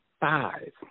five